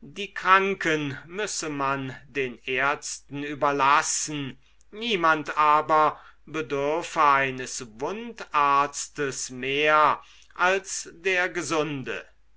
die kranken müsse man den ärzten überlassen niemand aber bedürfe eines wundarztes mehr als der gesunde